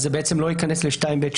אז זה בעצם לא ייכנס ל-2ב(3).